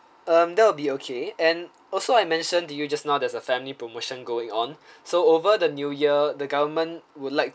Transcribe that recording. um there'll be okay and also I mention to you just now there's a family promotion going on so over the new year the government would like